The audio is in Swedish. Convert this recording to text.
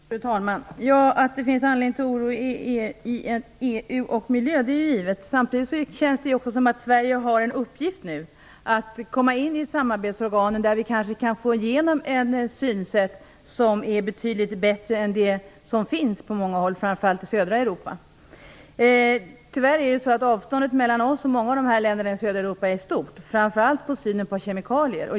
Fru talman! Att det finns anledning till oro vad gäller EU och miljön är givet. Samtidigt känns det som att Sverige nu har en uppgift, dvs. att komma in i samarbetsorganen, där vi kanske kan få igenom ett synsätt som är betydligt bättre än det som finns på många håll, framför allt i södra Europa. Tyvärr är det så att avståndet mellan oss och många av länderna i södra Europa är stort, framför allt i fråga om synen på kemikalier.